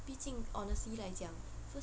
毕竟 honestly 来讲